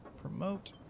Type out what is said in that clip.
Promote